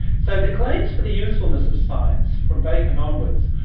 so the claims for the usefulness of science from bacon onwards,